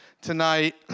tonight